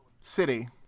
City